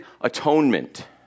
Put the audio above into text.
atonement